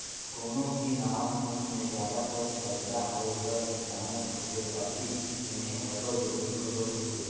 कोनो भी नावा सोंच में जादातर फयदा होए कर चानस होथे बकि एम्हें अब्बड़ जोखिम घलो होथे